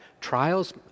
Trials